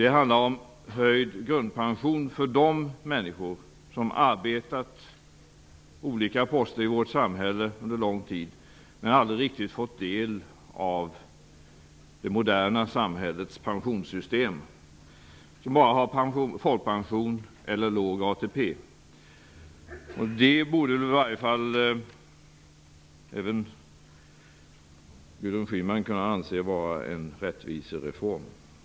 Det handlar om höjd grundpension för de människor som arbetat på olika poster i vårt samhälle under lång tid men aldrig riktigt fått del av det moderna samhällets pensionssystem och som bara har folkpension eller låg ATP. Även Gudrun Schyman borde kunna anse detta vara en rättvisereform.